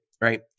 right